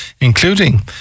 including